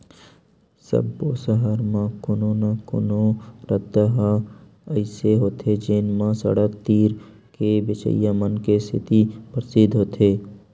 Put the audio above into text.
सब्बो सहर म कोनो न कोनो रद्दा ह अइसे होथे जेन म सड़क तीर के बेचइया मन के सेती परसिद्ध होथे